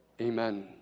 Amen